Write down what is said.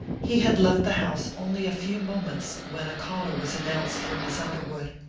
he had left the house only a few moments when a caller was announced for miss underwood.